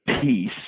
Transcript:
Peace